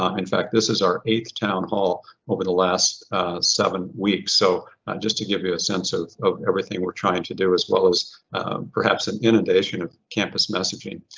um in fact, this is our eighth town hall over the last seven weeks. so just to give you a sense of of everything we're trying to do, as well as perhaps an inundation of campus messaging.